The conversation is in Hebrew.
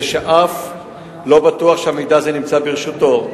ואף לא בטוח שהמידע הזה ברשותו.